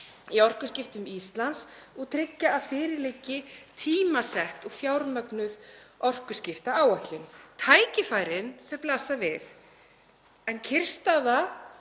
í orkuskiptum Íslands og tryggja að fyrir liggi tímasett og fjármögnuð orkuskiptaáætlun. Tækifærin blasa við en kyrrstaða